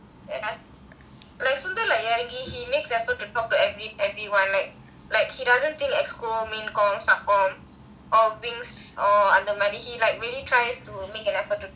like sundra இறங்கி:irangi he makes effort to tlk to everyone like like he doens't think executive committee main committee sub committee he really tries to make an effort to talk to everyone